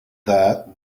that